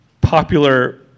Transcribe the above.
popular